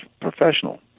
professional